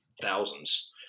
thousands